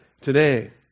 today